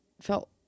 felt